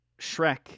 Shrek